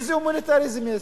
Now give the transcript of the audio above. איזה הומניטריזם?